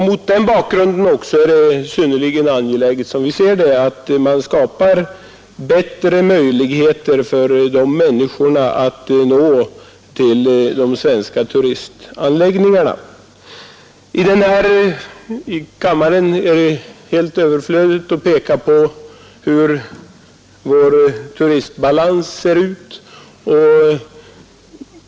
Mot den bakgrunden är det också synnerligen angeläget, som vi ser det, att man skapar bättre möjligheter för de människorna att komma till de svenska turistanläggningarna. Här i kammaren är det helt överflödigt att peka på hur vår turistbalans ser ut.